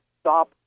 stop